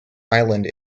island